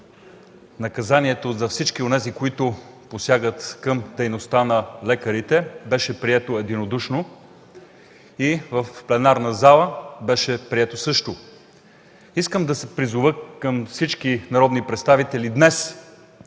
наказанието на всички онези, които посягат на личността на лекарите. Беше прието единодушно и в пленарната зала също. Искам да призова всички народни представители днес